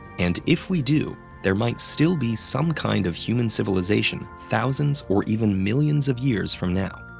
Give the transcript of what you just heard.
and if we do, there might still be some kind of human civilization thousands or even millions of years from now.